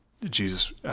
Jesus